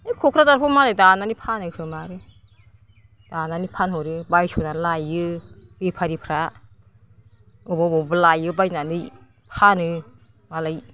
ओय क'क्राजारफ्राव मालाय दानानै फानोखोमा आरो दानानै फानहरो बायस'नानै लायो बेफारिफ्रा बबा बबावबा लायो बायनानै फानो मालाय